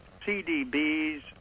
CDBs